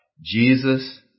Jesus